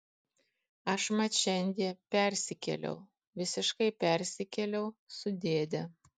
aš mat šiandie persikėliau visiškai persikėliau su dėde